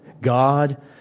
God